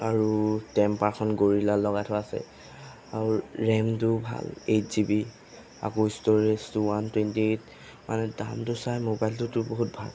আৰু টেম্পাৰখন গৰিলা লগাই থোৱা আছে আৰু ৰেমটোও ভাল এইট জিবি আকৌ ষ্টৰেজটো ওৱান টুৱেণ্টি এইট মানে দামটো চাই মবাইলটো তোৰ বহুত ভাল